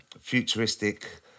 futuristic